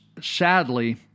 sadly